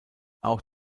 auch